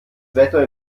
wetter